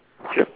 sure